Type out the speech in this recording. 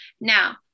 Now